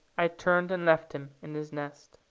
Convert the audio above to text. i turned and left him in his nest.